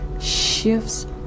shifts